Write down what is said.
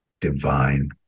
divine